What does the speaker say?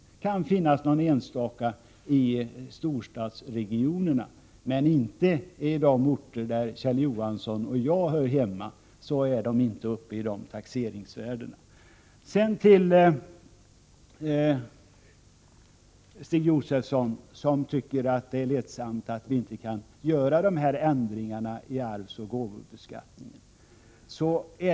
Det kan finnas någon enstaka i storstadsregionerna, men i de orter där Kjell Johansson och jag hör hemma är inte taxeringsvärdena uppe i den nivån. Stig Josefson tycker att det är ledsamt att vi inte kan göra de föreslagna ändringarna i arvsoch gåvobeskattningen.